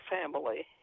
family